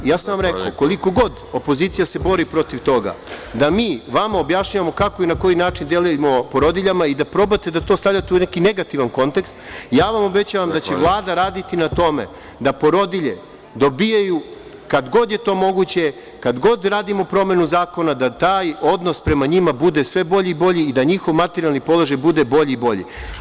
Ja sam vam rekao, koliko god opozicija se bori protiv toga, da mi vama objašnjavamo kako i na koji način delimo porodiljama i da probate da to stavljate u neki negativan kontekst, ja vam obećavam da će Vlada raditi na tome da porodilje dobijaju kad god je to moguće, kad god radimo promenu zakona, da taj odnos prema njima bude sve bolji i bolji i da njihov materijalni položaj bude sve bolji i bolji.